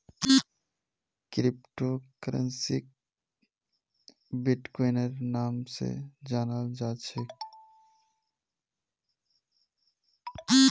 crypto करन्सीक बिट्कोइनेर नाम स जानाल जा छेक